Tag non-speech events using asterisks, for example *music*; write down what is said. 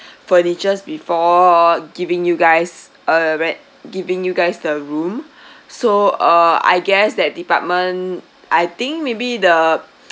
furnitures before giving you guys uh rea~ giving you guys the room so uh I guess that department I think maybe the *noise*